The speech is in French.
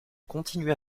continua